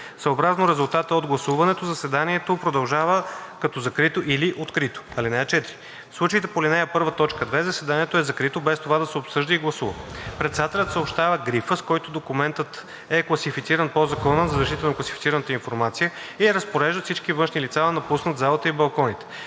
Съобразно резултата от гласуването заседанието продължава като закрито или открито. (4) В случаите по ал. 1, т. 2 заседанието е закрито, без това да се обсъжда и гласува. Председателят съобщава грифа, с който документът е класифициран по Закона за защита на класифицираната информация, и разпорежда всички външни лица да напуснат залата и балконите,